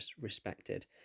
respected